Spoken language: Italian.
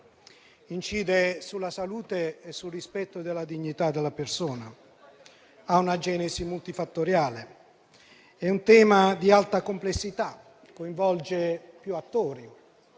incide sulla salute e sul rispetto della dignità della persona e ha una genesi multifattoriale. È un tema di alta complessità, che coinvolge più attori: